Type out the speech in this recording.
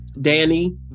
Danny